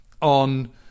On